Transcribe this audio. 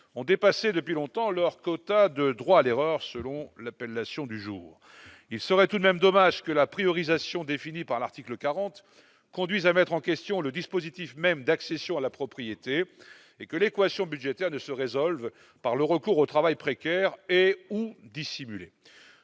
ont dépassé depuis longtemps leur quota de droit à l'erreur, selon l'appellation du jour, il serait tout de même dommage que la priorisation définie par l'article 40 conduisent à mettre en question le dispositif même d'accession à la propriété et que l'équation budgétaire ne se résolvent par le recours au travail précaire et ou dissimulé,